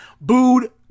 booed